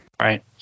right